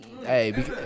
hey